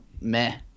meh